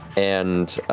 and